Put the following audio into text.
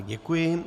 Děkuji.